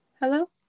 Hello